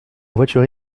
voiture